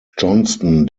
johnston